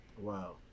Wow